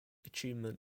achievement